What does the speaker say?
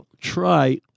try